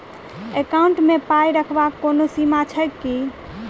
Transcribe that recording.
Account मे पाई रखबाक कोनो सीमा छैक की?